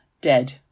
dead